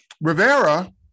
Rivera